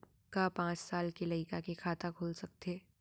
का पाँच साल के लइका के खाता खुल सकथे?